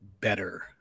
better